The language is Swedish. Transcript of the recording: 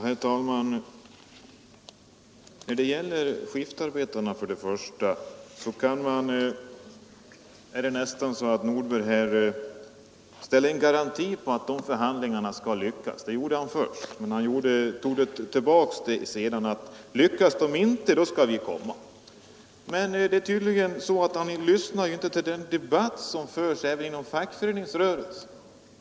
Herr talman! När det gäller skiftarbetarna ställde herr Nordberg först nästan en garanti för att förhandlingarna skall lyckas, men han tog den tillbaka sedan: ”Lyckas de inte, då skall vi komma.” Tydligen lyssnar herr Nordberg inte till den debatt som förs även inom fackföreningsrörelsen.